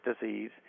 disease